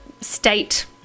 state